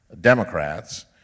Democrats